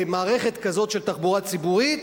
למערכת כזאת של תחבורה ציבורית,